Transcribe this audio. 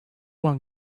one